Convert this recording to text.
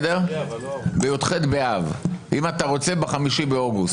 אם אתה רוצה, ב-5 באוגוסט.